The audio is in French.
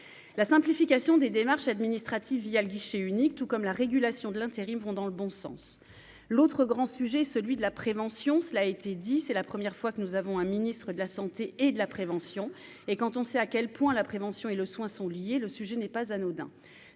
la simplification des démarches administratives via le guichet unique, tout comme la régulation de l'intérim, vont dans le bon sens, l'autre grand sujet, celui de la prévention, cela a été dit, c'est la première fois que nous avons un ministre de la Santé et de la prévention et quand on sait à quel point la prévention et le soin sont liés, le sujet n'est pas anodin,